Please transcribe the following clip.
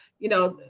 you know,